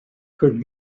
could